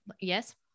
yes